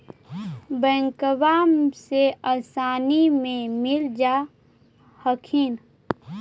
बैंकबा से आसानी मे मिल जा हखिन?